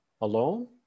alone